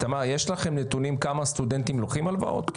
תמר, יש לכם נתונים כמה סטודנטים לוקחים הלוואות?